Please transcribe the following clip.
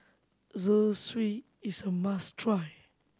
zosui is a must try